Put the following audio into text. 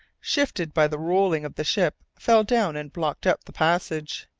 shifted by the rolling of the ship, fell down and blocked up the passage.